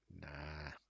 Nah